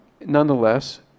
nonetheless